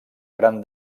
gran